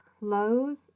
Close